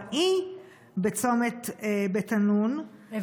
נורא בצומת בית ענון, הבנתי.